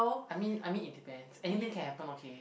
I mean I mean it depends anything can happen okay